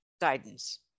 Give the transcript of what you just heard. guidance